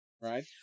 Right